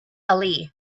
ali